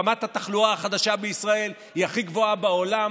רמת התחלואה החדשה בישראל היא הכי גבוהה בעולם,